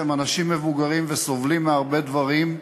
הם אנשים מבוגרים וסובלים מהרבה דברים,